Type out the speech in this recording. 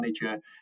manager